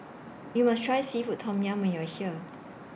YOU must Try Seafood Tom Yum when YOU Are here